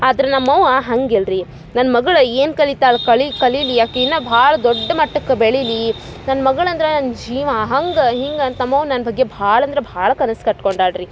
ಆದ್ರ ನಮ್ಮವ್ವ ಹಂಗೆ ಇಲ್ರಿ ನನ್ನ ಮಗ್ಳು ಏನು ಕಲಿತಾಳೆ ಕಳಿ ಕಲಿಲಿ ಆಕಿ ಇನ್ನ ಭಾಳ ದೊಡ್ಡ ಮಟ್ಟಕ್ಕೆ ಬೆಳಿಲೀ ನನ್ನ ಮಗ್ಳು ಅಂದರೆ ನನ್ನ ಜೀವ ಹಂಗೆ ಹಿಂಗಂತ ನಮ್ಮವ್ವ ನನ್ನ ಬಗ್ಗೆ ಭಾಳ ಅಂದರೆ ಭಾಳ ಕನಸು ಕಟ್ಕೊಂಡಾಳೆ ರೀ